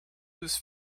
whose